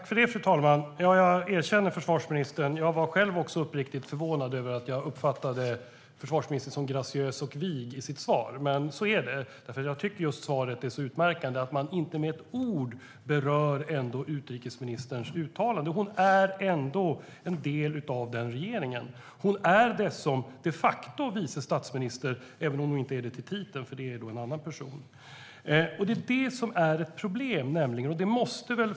Fru talman! Jag erkänner, försvarsministern, att jag blev uppriktigt förvånad när att jag uppfattade försvarsministern som graciös och vig i sitt svar, men så var det. Jag tyckte att svaret var så utmärkande när det inte med ett ord berörde utrikesministerns uttalande. Hon är trots allt en del av regeringen. Hon är dessutom de facto vice statsminister, även om hon inte har den titeln; det har en annan person - det är problemet.